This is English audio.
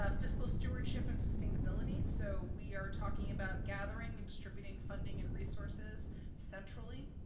ah fiscal stewardship and sustainability, so we are talking about gathering and distributing funding and resources centrally,